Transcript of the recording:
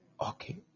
Okay